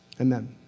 Amen